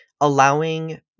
allowing